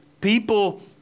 people